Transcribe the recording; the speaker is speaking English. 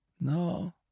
No